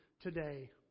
today